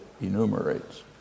enumerates